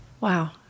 Wow